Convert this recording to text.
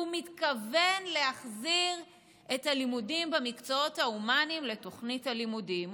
שהוא מתכוון להחזיר את הלימודים במקצועות ההומניים לתוכנית הלימודים,